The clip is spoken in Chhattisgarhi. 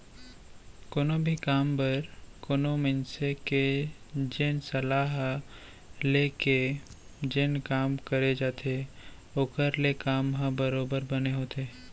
कोनो भी काम बर कोनो मनसे के जेन सलाह ले के जेन काम करे जाथे ओखर ले काम ह बरोबर बने होथे